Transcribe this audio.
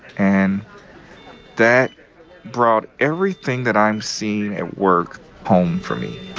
and that brought everything that i'm seeing at work home for me